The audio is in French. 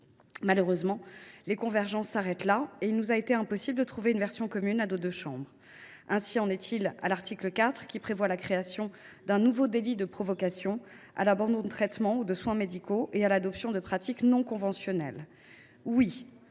Malheureusement, les convergences s’arrêtent là et il nous a été impossible de trouver une version commune à nos deux chambres. Ainsi en est il de l’article 4, qui prévoit la création d’un nouveau délit de provocation à l’abandon de traitement ou de soins médicaux et à l’adoption de pratiques non conventionnelles. Oui,